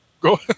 Go